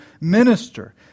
minister